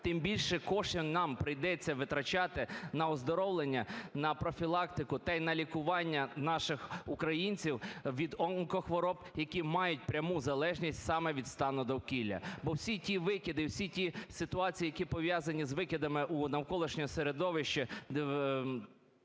тим більше коштів нам доведеться витрачати на оздоровлення, на профілактику та й на лікування наших українців від онкохвороб, які мають пряму залежність саме від стану довкілля. Бо всі ті викиди, всі ті ситуації, які пов'язані із викидами у навколишнє середовище